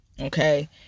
Okay